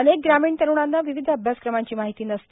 अनेक ग्रामीण तरुणांना विविध अभ्यासक्रमांची माहिती नसते